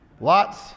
Lots